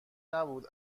نبود